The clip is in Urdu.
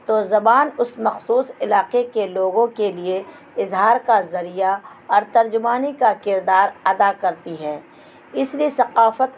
تو زبان اس مخصوص علاقے کے لوگوں کے لیے اظہار کا ذریعہ اور ترجبانی کا کردار ادا کرتی ہے اس لیے ثقافت